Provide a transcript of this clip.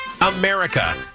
America